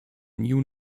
new